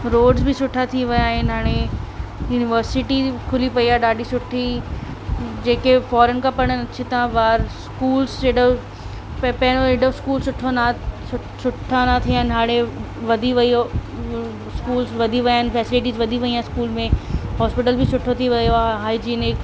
road बि सुठा थी विया आहिनि हाणे युनिवर्सिटी खुली पेई आहे ॾाढी सुठी जेके फोरेन खां पढ़नि अचनि था ॿार स्कूल्स जेॾो पह पहिरियों हेॾो स्कूल सुठो न सुठा न थियनि हाणे वधी वेई आहे स्कूल्स वधी विया आहिनि फैसेलिटीज़ वधी वेयूं आहिनि स्कूल में हॉस्पिटल बि सुठो थी वियो आहे हाईजीनिक